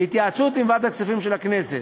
בהתייעצות עם ועדת הכספים של הכנסת.